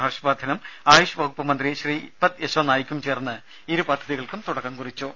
ഹർഷ് വർധനും ആയുഷ് വകുപ്പ് മന്ത്രി ശ്രീപദ് യശോ നായിക്കും ചേർന്ന് ഇരു പദ്ധതികൾക്കും തുടക്കം കുറിച്ചു